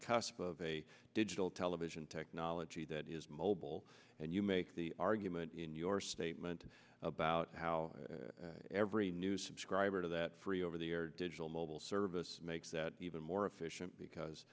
cusp of a digital television technology that is mobile and you make the argument in your statement about how every new subscriber to that free over the air digital mobile service makes that even more efficient because